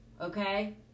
Okay